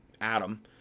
Adam